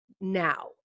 now